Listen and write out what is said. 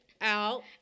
out